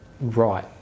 right